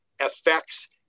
affects